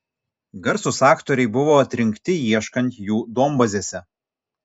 garsūs aktoriai buvo atrinkti ieškant jų duombazėse